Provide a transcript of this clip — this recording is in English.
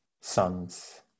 sons